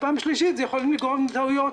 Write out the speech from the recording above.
ופעם שלישית, יכולות להיגרם טעויות.